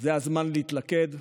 זה הזמן להתלכד.